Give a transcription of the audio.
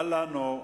אל לנו,